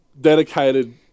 dedicated